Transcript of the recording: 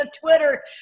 Twitter